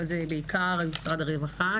אבל בעיקר משרד הרווחה,